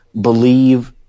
believe